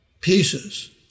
pieces